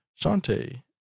Shante